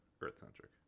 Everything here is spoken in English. Earth-centric